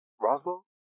Roswell